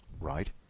right